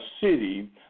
city